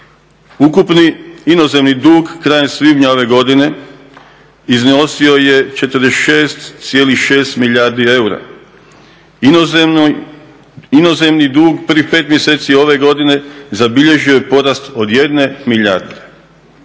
Ukupni inozemni dug krajem svibnja ove godine iznosio je 46,6 milijardi eura. Inozemni dug prvih pet mjeseci ove godine zabilježio je porast od 1 milijarde.